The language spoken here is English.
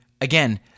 Again